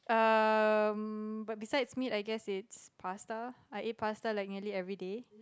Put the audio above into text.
um but besides meat I guess it's pasta I ate pasta like nearly everyday